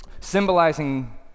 symbolizing